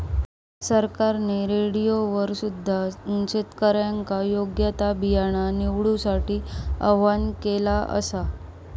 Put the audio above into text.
सरकारने रेडिओवर सुद्धा शेतकऱ्यांका योग्य ता बियाणा निवडूसाठी आव्हाहन केला आसा